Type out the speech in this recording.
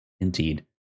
indeed